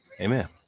Amen